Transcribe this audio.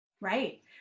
Right